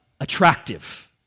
attractive